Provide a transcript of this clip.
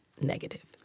negative